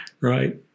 Right